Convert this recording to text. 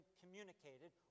communicated